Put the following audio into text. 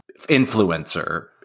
influencer